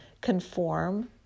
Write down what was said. conform